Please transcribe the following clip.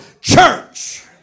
church